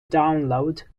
download